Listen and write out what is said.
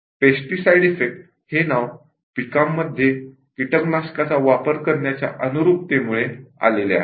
pesticide effect हे नाव पिकांमध्ये कीटकनाशकाचा वापर करण्याच्या अनुरूपतेमुळे आलेले आहे